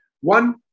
One